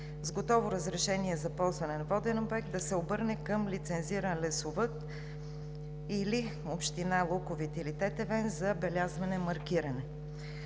С готово разрешение за ползване на воден обект да се обърне към лицензиран лесовъд или община Луковит, или Тетевен за белязване (маркиране).